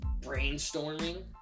brainstorming